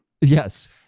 Yes